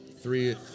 Three